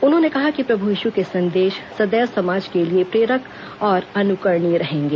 उन्होंने कहा कि प्रभु यीशु के संदेश सदैव समाज के लिए प्रेरक और अनुकरणीय रहेंगे